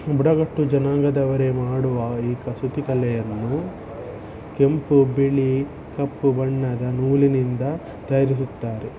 ಬುಡಕಟ್ಟು ಜನಾಂಗದವರೇ ಮಾಡುವ ಈ ಕಸೂತಿ ಕಲೆಯನ್ನು ಕೆಂಪು ಬಿಳಿ ಕಪ್ಪು ಬಣ್ಣದ ನೂಲಿನಿಂದ ತಯಾರಿಸುತ್ತಾರೆ